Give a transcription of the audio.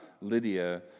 Lydia